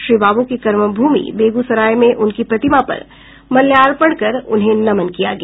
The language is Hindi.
श्री बाबू की कर्मभूमि बेगूसराय में उनकी प्रतिमा पर माल्यार्पण कर उन्हें नमन किया गया